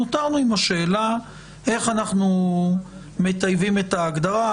נותרנו עם השאלה איך אנחנו מטייבים את ההגדרה,